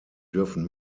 dürfen